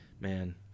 man